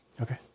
Okay